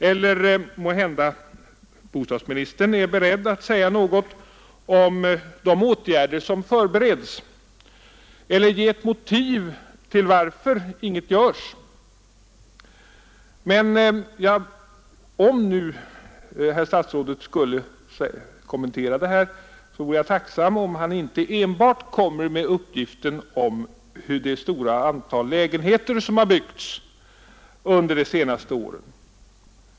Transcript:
Eller måhända bostadsministern är beredd att säga något om de åtgärder som förbereds eller ge ett motiv till att inget görs. Om nu herr statsrådet skulle kommentera det här, vore jag tacksam om han inte enbart kom med uppgiften om det stora antal lägenheter som har byggts under de senaste åren.